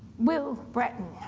will brereton,